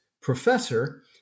professor